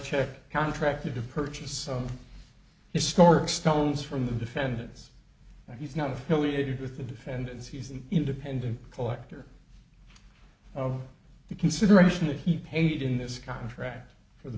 checked contracted to purchase some historic stones from the defendant is that he's not affiliated with the defendants he's an independent collector of the consideration that he paid in this contract for the